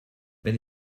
wenn